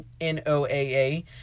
NOAA